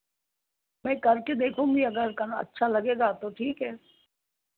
नहीं कर के देखूँगी अगर करना अच्छा लगेगा तो ठीक है